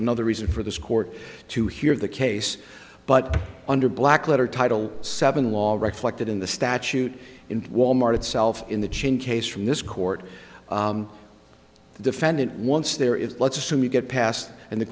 another reason for this court to hear the case but under black letter title seven laws recollected in the statute in wal mart itself in the chain case from this court the defendant once there is let's assume you get passed and the